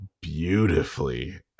beautifully